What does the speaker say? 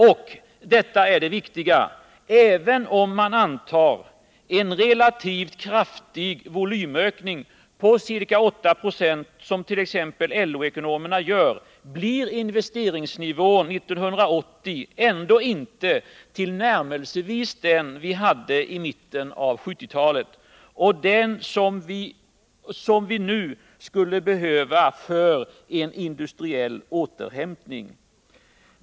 Och — detta är det viktiga — även om man antar en relativt kraftig volymökning på ca 8 96, som t.ex. LO-ekonomerna gör, blir investeringsnivån 1980 ändå inte tillnärmelsevis den vi hade i mitten av 1970-talet och som vi nu skulle behöva för en industriell återhämtning.